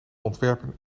ontwerpen